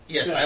Yes